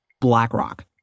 BlackRock